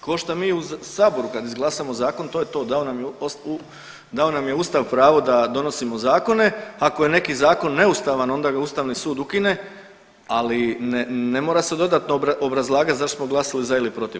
Kao što mi u saboru kad izglasamo zakon to je to, dao nam je Ustav pravo da donosimo zakone, ako je neki zakon neustavan onda ga Ustavni sud ukine, ali ne mora se dodatno obrazlagati zašto smo glasali za ili protiv.